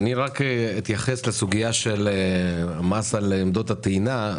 אתייחס לסוגיה של מס על עמדות הטעינה.